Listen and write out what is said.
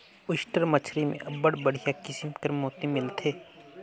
oyster मछरी में अब्बड़ बड़िहा किसिम कर मोती मिलथे